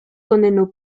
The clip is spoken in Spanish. condenó